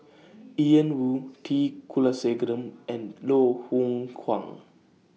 Ian Woo T Kulasekaram and Loh Hoong Kwan